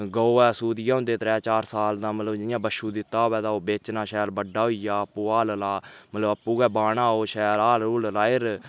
गौ सुई दियै होंदे दो चार साल तां जि'यां बच्छू दित्ता होवै तां ओह् बेचना शैल बड्डा होई जा आपूं हल्ल ला मतलब हल्ल आपूं गै बाह्ना होग शैल हाल हूल लाए'र